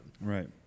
Right